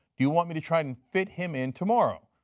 do you want me to try and to fit him in tomorrow?